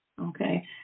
okay